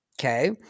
Okay